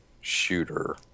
shooter